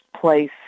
place